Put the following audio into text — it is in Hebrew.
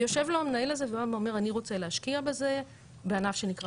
ויושב לו המנהל הזה ואומר אני רוצה להשקיע בזה בענף שנקרא